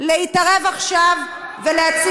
אני לא מבין להתערב עכשיו ולהציל.